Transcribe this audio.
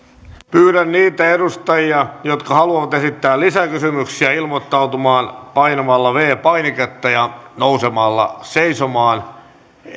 pyydän niitä edustajia jotka haluavat esittää lisäkysymyksiä ilmoittautumaan painamalla viides painiketta ja nousemalla seisomaan